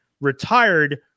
retired